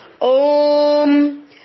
Om